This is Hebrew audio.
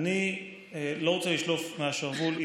אני לא רוצה לשלוף מהשרוול.